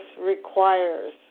requires